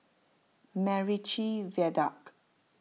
MacRitchie Viaduct